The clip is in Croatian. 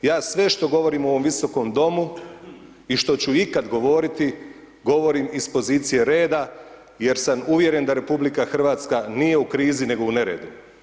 Ja sve što govorim u ovom Visokom domu i što ću ikada govoriti, govorim iz pozicije reda, jer sam uvjeren da RH, nije u krizi, nego u neredu.